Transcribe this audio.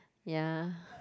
ya